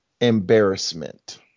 embarrassment